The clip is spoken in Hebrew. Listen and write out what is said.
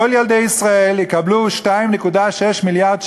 כל ילדי ישראל, יקבלו 2.6 מיליארד שקל,